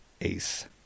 ace